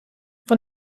van